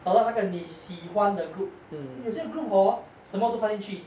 找到那个你喜欢的 group 有些 group hor 什么都放进去